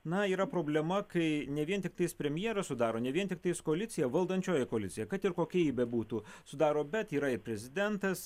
na yra problema kai ne vien tiktais premjeras sudaro ne vien tiktais koalicija valdančioji koalicija kad ir kokia ji bebūtų sudaro bet yra ir prezidentas